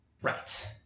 Right